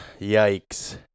yikes